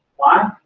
why?